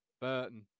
Burton